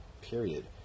period